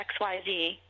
XYZ